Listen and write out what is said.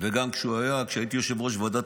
וגם כשהוא היה כשהייתי יושב-ראש ועדת